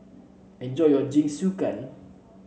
enjoy your Jingisukan